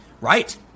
right